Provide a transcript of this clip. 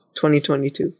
2022